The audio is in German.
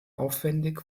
aufwendig